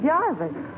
Jarvis